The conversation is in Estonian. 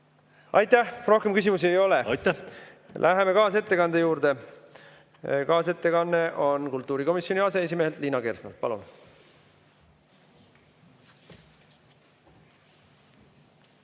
Aitäh! Rohkem küsimusi ei ole. Läheme kaasettekande juurde. Kaasettekanne on kultuurikomisjoni aseesimehelt Liina Kersnalt. Palun!